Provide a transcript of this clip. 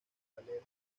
valer